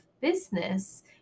business